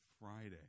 Friday